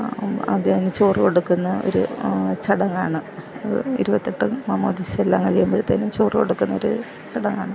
ആദ്യം ചോറ് കൊടുക്കുന്ന ഒരു ചടങ്ങാണ് അത് ഇരുപത്തെട്ടും മാമോദിസയെല്ലാം കഴിയുമ്പോഴത്തേനും ചോറ് കൊടുക്കുന്ന ഒരു ചടങ്ങാണ്